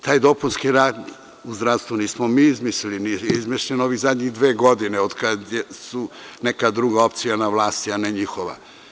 Taj dopunski rad u zdravstvu nismo mi izmislili, nije izmišljen u zadnje dve godine od kada je neka druga opcija na vlasti, a ne njihova.